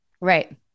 Right